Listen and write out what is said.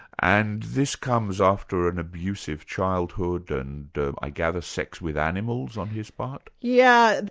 and this comes after an abusive childhood and i gather sex with animals on his part? yeah